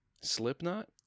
Slipknot